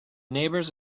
neighbors